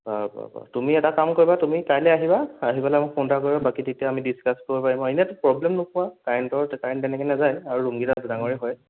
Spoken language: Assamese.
বাৰু বাৰু বাৰু তুমি এটা কাম কৰিবা তুমি কাইলৈ আহিবা আহি পেলাই মোক ফোন এটা কৰিবা বাকী তেতিয়া আমি ডিচকাছ্ কৰিব পাৰিম অঁ এনেইতো প্ৰব্লেম নোপোৱা কাৰেণ্টৰ কাৰেণ্ট তেনেকে নেযায় আৰু ৰুমকেইটা ডাঙৰে হয়